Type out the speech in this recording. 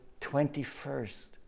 21st